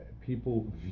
people